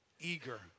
eager